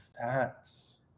fats